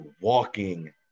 walking